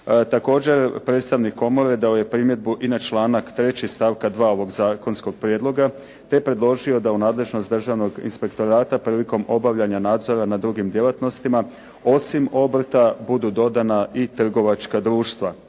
Također, predstavnik Komore dao je primjedbu i na članak 3. stavka 2. ovog zakonskog prijedloga te predložio da u nadležnost Državnog inspektorata prilikom obavljanja nadzora na drugim djelatnostima osim obrta budu dodana i trgovačka društva.